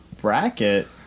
bracket